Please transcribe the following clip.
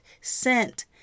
sent